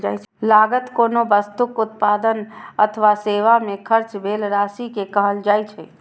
लागत कोनो वस्तुक उत्पादन अथवा सेवा मे खर्च भेल राशि कें कहल जाइ छै